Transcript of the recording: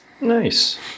Nice